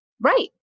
right